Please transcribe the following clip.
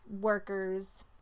workers